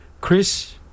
Chris